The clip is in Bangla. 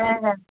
হ্যাঁ হ্যাঁ